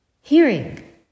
hearing